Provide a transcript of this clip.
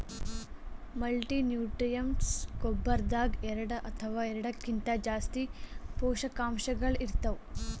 multinutrients ಗೊಬ್ಬರದಾಗ್ ಎರಡ ಅಥವಾ ಎರಡಕ್ಕಿಂತಾ ಜಾಸ್ತಿ ಪೋಷಕಾಂಶಗಳ್ ಇರ್ತವ್